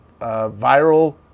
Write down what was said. viral